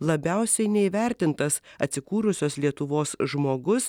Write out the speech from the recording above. labiausiai neįvertintas atsikūrusios lietuvos žmogus